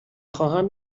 خواهم